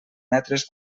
metres